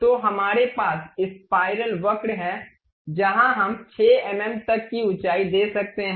तो हमारे पास स्पाइरल वक्र है जहां हम 6 एमएम तक की ऊंचाई दे सकते हैं